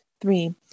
Three